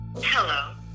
Hello